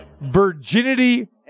Virginity